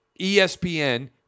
ESPN